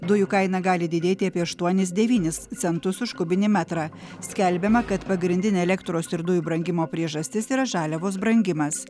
dujų kaina gali didėti apie aštuonis devynis centus už kubinį metrą skelbiama kad pagrindinė elektros ir dujų brangimo priežastis yra žaliavos brangimas